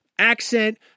Accent